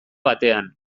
batean